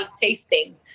tasting